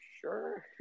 sure